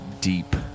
deep